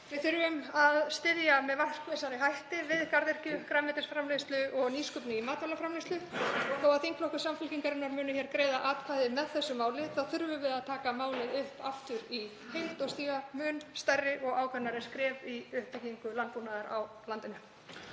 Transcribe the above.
Við þurfum að styðja með markvissari hætti við garðyrkju, grænmetisframleiðslu og nýsköpun í matvælaframleiðslu. Þó að þingflokkur Samfylkingarinnar muni greiða atkvæði með þessu máli þurfum við að taka málið upp aftur í heild og stíga mun stærri og ákveðnari skref í uppbyggingu landbúnaðar á landinu.